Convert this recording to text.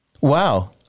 Wow